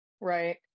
Right